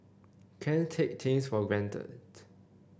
can't take things for granted